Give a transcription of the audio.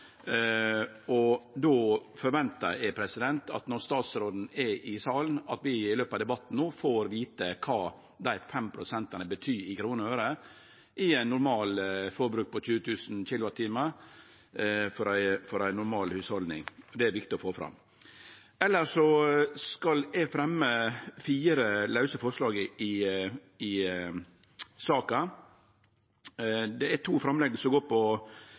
Då forventar eg at vi, når statsråden er i salen, i løpet av debatten no får vite kva dei 5 prosentane betyr i kroner og øre i eit normalt forbruk på 20 000 kWh for eit normalt hushald. Det er viktig å få fram. Elles skal eg fremje fire lause forslag i saka. Det er to framlegg som går på